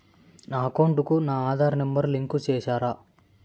నా అకౌంట్ కు నా ఆధార్ నెంబర్ లింకు చేసారా